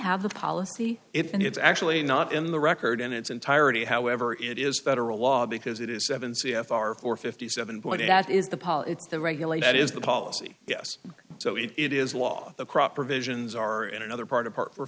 have a policy it and it's actually not in the record in its entirety however it is federal law because it is seven c f r or fifty seven point that is the paul it's the regulator that is the policy yes so it is law the crop provisions are in another part a part for